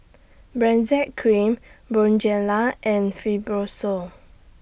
Benzac Cream Bonjela and Fibrosol